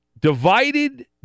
divided